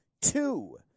Two